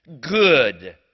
good